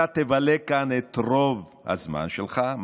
אתה תבלה כאן את רוב הזמן שלך,